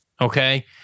Okay